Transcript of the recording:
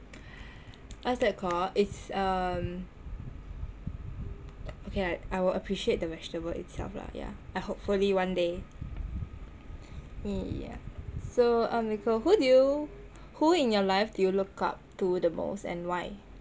what's that called it's uh um okay I I will appreciate the vegetable itself lah yah hopefully one day yah so um nicole who do you who in your life do you look up to the most and why